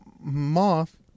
moth